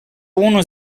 unu